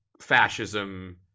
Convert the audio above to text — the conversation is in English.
fascism